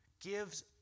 gives